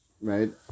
right